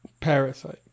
Parasite